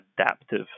adaptive